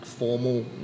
Formal